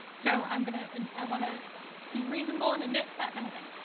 so i'm gonna i want to be reasonable and admit that kind of thing.